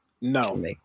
No